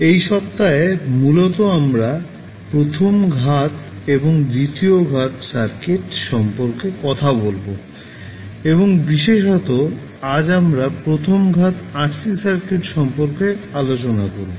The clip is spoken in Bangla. এই সপ্তাহে মূলত আমরা প্রথম ঘাত এবং দ্বিতীয় ঘাত সার্কিট সম্পর্কে কথা বলব এবং বিশেষত আজ আমরা প্রথম ঘাত RC সার্কিট সম্পর্কে আলোচনা করবো